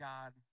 God